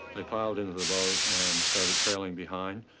they piled into the boat and started trailing behind.